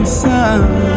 sun